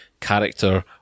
character